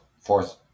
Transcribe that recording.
fourth